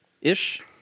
ish